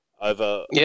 over